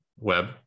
web